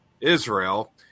Israel